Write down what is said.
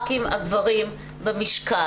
חברי הכנסת הגברים במשכן,